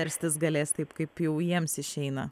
verstis galės taip kaip jau jiems išeina